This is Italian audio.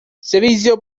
servizio